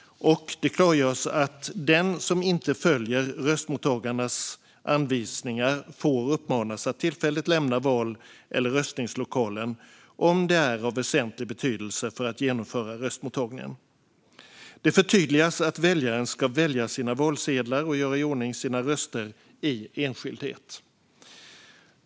Det klargörs att den som inte följer röstmottagarnas anvisningar får uppmanas att tillfälligt lämna val eller röstningslokalen, om det är av väsentlig betydelse för att genomföra röstmottagningen. Det förtydligas att väljaren ska välja sina valsedlar och göra i ordning sina röster i enskildhet.